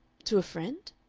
to a friend?